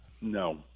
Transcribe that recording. No